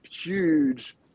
huge